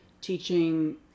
teaching